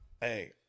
hey